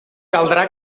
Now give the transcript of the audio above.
caldrà